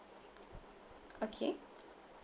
okay